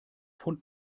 von